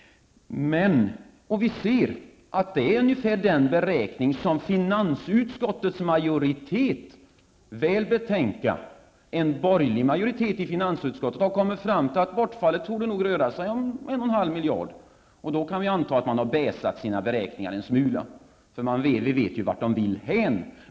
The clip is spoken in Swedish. Vi ser att finansutskottets majoritet -- märk väl att det är en borgerlig majoritet -- har gjort ungefär samma beräkning och kommit fram till att bortfallet torde röra sig om 1,5 miljarder. Då kan vi anta att man har baissat sina beräkningar en smula, för vi vet ju vart man vill hän.